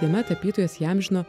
jame tapytojas įamžino